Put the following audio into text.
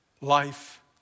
life